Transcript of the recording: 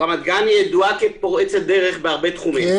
רמת גן ידועה כפורצת דרך בהרבה תחומים.